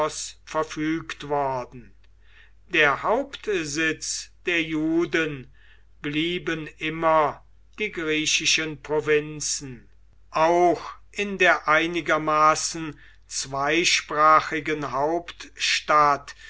verfügt worden der hauptsitz der juden blieben immer die griechischen provinzen auch in der einigermaßen zweisprachigen hauptstadt